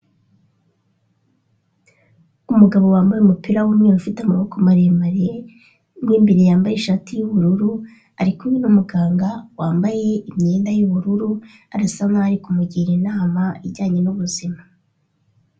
Umugabo wambaye umupira w'umweru ufite amaboko maremare, mo imbere yambaye ishati y'ubururu, ari kumwe n'umuganga wambaye imyenda y'ubururu, arasa n'aho ari kumugira inama, ijyanye n'ubuzima.